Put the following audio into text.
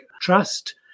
trust